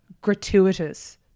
gratuitous